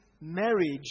marriage